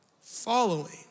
following